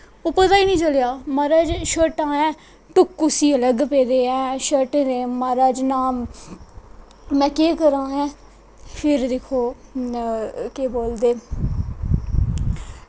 ओह् पता गै निं चलेआ मारज शर्टां टुक्क उस्सी अलग पेदे ऐ मारज शर्टें दे में केह् करां हैं फिर दिक्खो केह् बोलदे